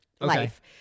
life